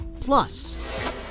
Plus